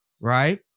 right